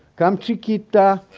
come chiquita!